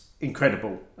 incredible